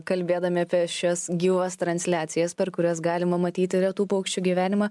kalbėdami apie šias gyvas transliacijas per kurias galima matyti retų paukščių gyvenimą